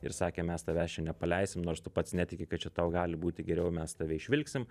ir sakė mes tavęs čia nepaleisim nors tu pats netiki kad čia tau gali būti geriau ir mes tave išvilksim